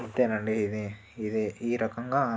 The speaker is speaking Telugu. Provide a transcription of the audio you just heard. అంతేనండి ఇది ఇది ఈ రకంగా